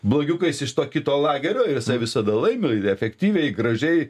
blogiukais iš to kito lagerio ir jisai visada laimi ir efektyviai gražiai